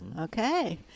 Okay